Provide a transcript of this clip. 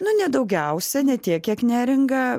nu ne daugiausiai ne tiek kiek neringa